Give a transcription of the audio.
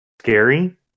scary